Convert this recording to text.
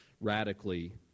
radically